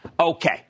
Okay